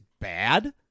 bad